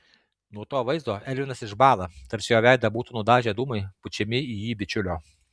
nuo to vaizdo elvinas išbąla tarsi jo veidą būtų nudažę dūmai pučiami į jį bičiulio